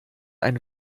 ein